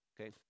Okay